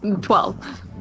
Twelve